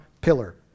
pillar